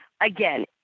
Again